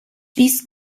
this